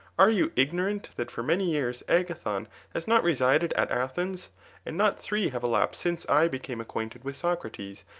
are you ignorant that for many years agathon has not resided at athens and not three have elapsed since i became acquainted with socrates,